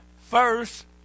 First